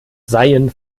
seien